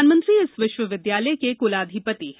प्रधानमंत्री इस विश्वविद्यालय के कुलाधिपति हैं